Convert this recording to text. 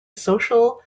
social